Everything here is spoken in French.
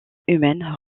humaines